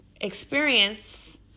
experience